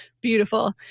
Beautiful